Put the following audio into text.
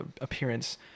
appearance